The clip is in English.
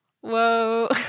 whoa